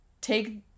Take